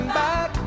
back